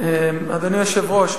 אדוני היושב-ראש,